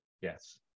yes